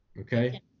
okay